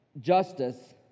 justice